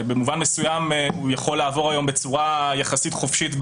במובן מסוים גם רישום מינהלי יכול לעבור היום בצורה יחסית חופשית,